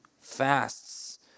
fasts